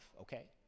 okay